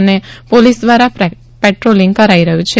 અને પોલીસ દ્વારા પેટ્રોલીંગ કરાઇ રહ્યું છે